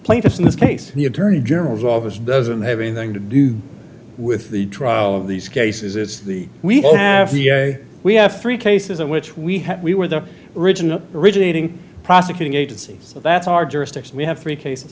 plaintiffs in this case the attorney general's office doesn't have anything to do with the draw of these cases it's the we don't have the we have three cases in which we have we were the original originating prosecuting agency so that's our jurisdiction we have three cases